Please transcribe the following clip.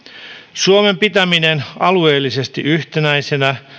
suomen pitäminen alueellisesti yhtenäisenä